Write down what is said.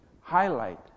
Highlight